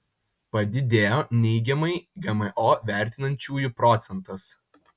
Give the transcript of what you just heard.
padidėjo neigiamai gmo vertinančiųjų procentas